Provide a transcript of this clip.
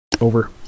Over